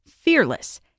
Fearless